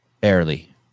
Barely